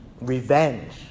revenge